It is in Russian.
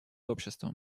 обществом